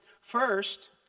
First